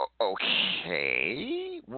Okay